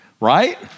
right